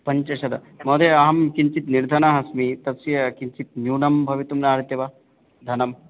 पञ्चशतं महोदय अहं किञ्चित् निर्धनः अस्मि तस्य किञ्चित् न्यूनं भवितुं नार्हति वा धनम्